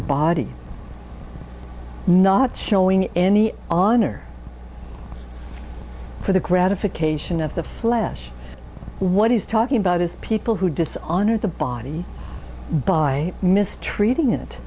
the body not showing any honor for the gratification of the flesh what he's talking about is people who does honor the body by mistreating it